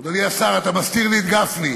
אדוני השר, אתה מסתיר לי את גפני.